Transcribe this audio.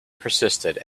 persisted